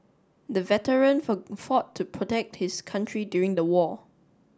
the veteran fought to protect his country during the war